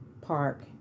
park